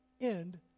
end